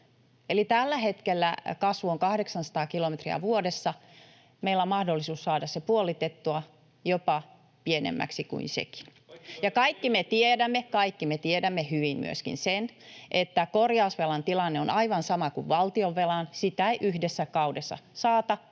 tällä hetkellä kasvu on 800 kilometriä vuodessa. Meillä on mahdollisuus saada se puolitettua jopa pienemmäksi kuin se. [Timo Harakka: Kaikki väylät 4 miljardia!] Ja kaikki me tiedämme hyvin myöskin sen, että korjausvelan tilanne on aivan sama kuin valtionvelan. Sitä ei yhdessä kaudessa saada